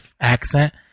accent